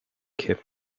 keep